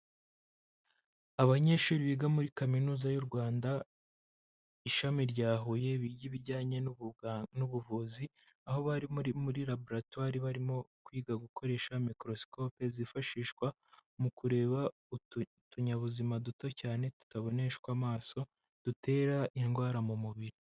Abanyeshuri biga muri kaminuza y'u Rwanda ishami rya Huye, biga ibijyanye n'ubuvuzi. Aho bari muri laboratary barimo kwiga gukoresha microscope zifashishwa mu kureba utuntunyabuzima duto cyane tutaboneshwa amaso, dutera indwara mu mubiri.